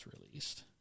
released